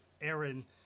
Aaron